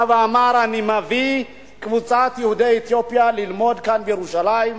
בא ואמר: אני מביא קבוצת יהודי אתיופיה ללמוד כאן בירושלים,